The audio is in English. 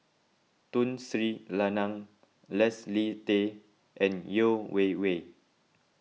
Tun Sri Lanang Leslie Tay and Yeo Wei Wei